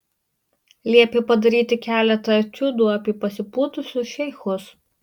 liepė padaryti keletą etiudų apie pasipūtusius šeichus